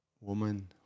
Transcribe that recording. woman